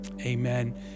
Amen